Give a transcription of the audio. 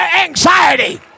anxiety